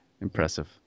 Impressive